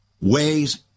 ways